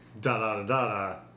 da-da-da-da